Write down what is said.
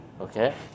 okay